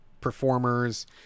performers